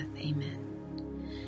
Amen